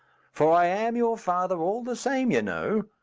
for i am your father all the same, you know.